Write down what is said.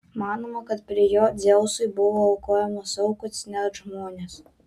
manoma kad prie jo dzeusui buvo aukojamos aukos net žmonės